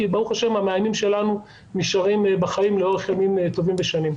כי ב"ה המאיימים שלנו נשארים בחיים לאורך ימים טובים ושנים.